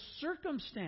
circumstance